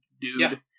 dude